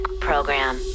program